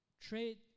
Trade